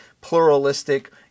pluralistic